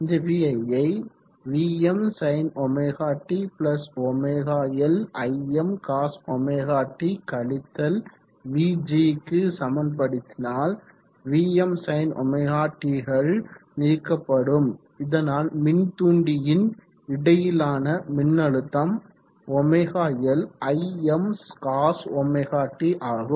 இந்த vi யை Vmsinωt ωL Imcosωt - vg க்கு சமன்படுத்தினால் Vmsinωt கள் நீக்கப்படும் இதனால் மின்தூண்டியின் இடையிலான மின்னழுத்தம் ωL Imcosωt ஆகும்